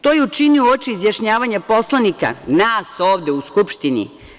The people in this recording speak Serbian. To je učinio uoči izjašnjavanja poslanika, nas ovde u Skupštini.